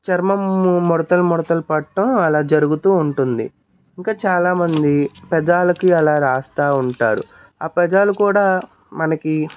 చర్మం ముడతలు ముడతలు పడటం అలా జరుగుతూ ఉంటుంది ఇంకా చాలా మంది పెదాలకి అలా రాస్తూ ఉంటారు ఆ పెదాలు కూడా మనకి